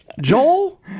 Joel